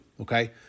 Okay